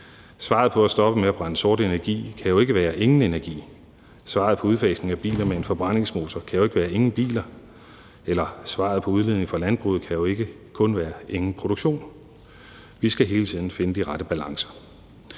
Svaret på at stoppe med at brænde sort energi kan jo ikke være ingen energi. Svaret på udfasning af biler med en forbrændingsmotor kan jo ikke være ingen biler, eller svaret på udledning fra landbruget kan jo ikke kun være ingen produktion. Vi skal hele tiden finde de rette balancer.